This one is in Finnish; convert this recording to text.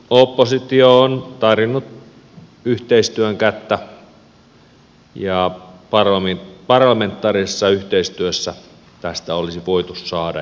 oppositio on tarjonnut yhteistyön kättä ja parlamentaarisessa yhteistyössä tästä olisi voitu saada jotain